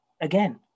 again